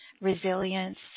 resilience